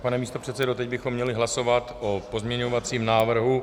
Pane místopředsedo, teď bychom měli hlasovat o pozměňovacím návrhu...